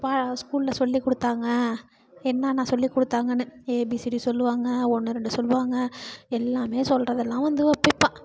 பா ஸ்கூலில் சொல்லிக் கொடுத்தாங்க என்னென்ன சொல்லிக் கொடுத்தாங்கன்னு ஏ பி சி டி சொல்லுவாங்க ஒன்று ரெண்டு சொல்லுவாங்க எல்லாமே சொல்வதெல்லாம் வந்து ஒப்பிப்பாள்